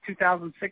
2006